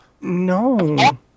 No